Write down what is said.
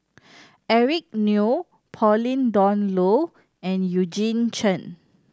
Eric Neo Pauline Dawn Loh and Eugene Chen